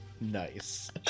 Nice